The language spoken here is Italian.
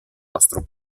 nostro